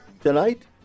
tonight